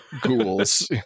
ghouls